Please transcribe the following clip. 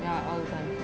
ya all the time